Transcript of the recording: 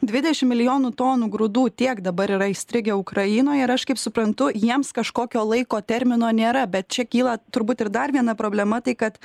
dvidešim milijonų tonų grūdų tiek dabar yra įstrigę ukrainoje ir aš kaip suprantu jiems kažkokio laiko termino nėra bet čia kyla turbūt ir dar viena problema tai kad